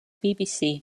bbc